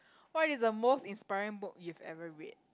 what is the most inspiring book you've ever read